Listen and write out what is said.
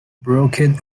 broken